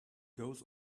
goes